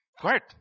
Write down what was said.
quiet